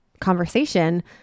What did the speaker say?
conversation